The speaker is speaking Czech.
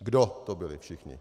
Kdo to byli všichni?